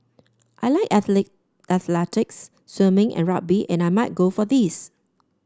I like athlete athletics swimming and rugby and I might go for these